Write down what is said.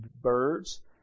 birds